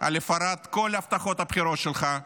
להפרת כל הבטחות הבחירות שלך,